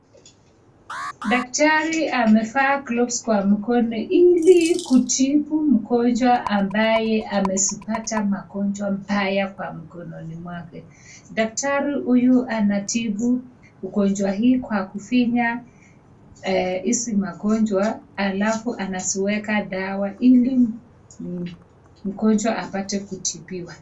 Daktari amevaa gloves kwa mkono ili kutibu mgonjwa ambaye amesipata magonjwa mbaya kwa mkononi mwake. Daktari huyu anatibu ugonjwa hii kwa kufinya hizi magonjwa, alafu anaziweka dawa ili mgonjwa apate kutibiwa.